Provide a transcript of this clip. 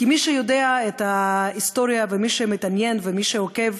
כי מי שיודע את ההיסטוריה ומי שמתעניין ומי שעוקב,